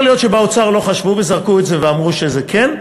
אז יכול להיות שבאוצר לא חשבו וזרקו את זה ואמרו שזה כן,